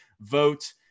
vote